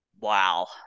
Wow